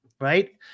right